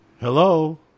hello